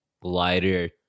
lighter